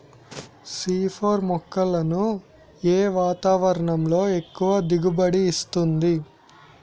C four మొక్కలను ఏ వాతావరణంలో ఎక్కువ దిగుబడి ఇస్తుంది?